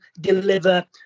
deliver